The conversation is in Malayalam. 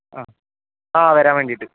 ആ ആ വരാൻ വേണ്ടിയിട്ട്